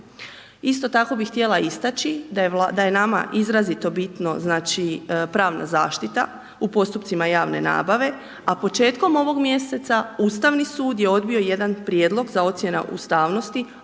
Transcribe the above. Isto tako bih htjela istaći, da je nama izrazito bitno, znači pravna zaštita u postupcima javne nabave, a početkom ovog mjeseca Ustavi sud je odbio jedan prijedlog za ocjena ustavnosti